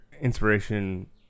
inspiration